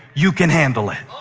you can handle it.